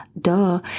duh